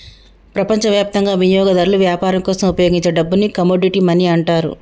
ప్రపంచవ్యాప్తంగా వినియోగదారులు వ్యాపారం కోసం ఉపయోగించే డబ్బుని కమోడిటీ మనీ అంటారు